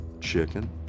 chicken